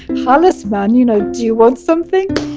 challas man, you know, do you want something?